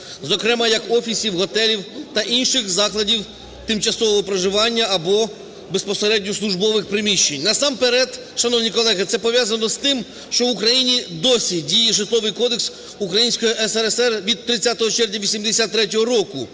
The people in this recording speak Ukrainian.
зокрема, як офісів, готелів та інших закладів тимчасового проживання або безпосередньо службових приміщень. Насамперед, шановні колеги, це пов'язане з тим, що Україні досі діє Житловий кодекс Української СРСР від 30 червня 83-го року,